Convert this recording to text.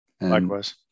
Likewise